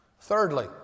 Thirdly